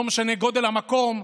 לא משנה גודל המקום,